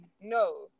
no